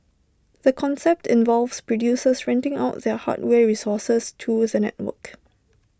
the concept involves producers renting out their hardware resources to the network